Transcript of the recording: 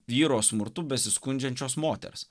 vyro smurtu besiskundžiančios moters